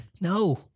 no